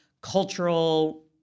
cultural